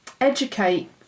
educate